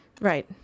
right